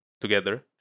together